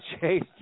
Chase